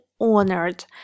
honored